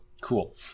Cool